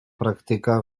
praktyka